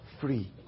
free